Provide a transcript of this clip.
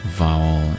vowel